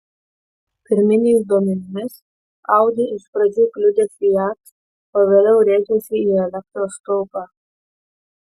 pirminiais duomenimis audi iš pradžių kliudė fiat o vėliau rėžėsi į elektros stulpą